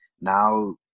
Now